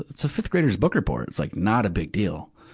it's a fifth grader's book report. it's like not a big deal.